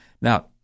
Now